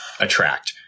attract